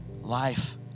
life